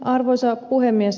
arvoisa puhemies